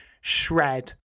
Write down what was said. shred